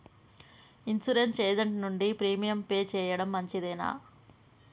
Insurance agent నుండి premium pay చేయడం మంచిదేనా?